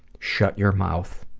shut your mouth.